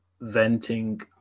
venting